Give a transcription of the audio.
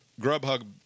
Grubhub